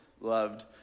loved